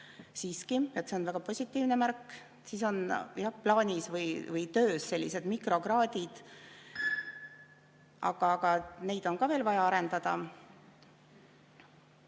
siiski on. Ja see on väga positiivne märk. Ka on plaanis või töös sellised mikrokraadid, aga neid on veel vaja arendada.